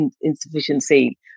insufficiency